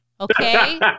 Okay